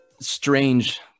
strange